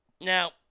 Now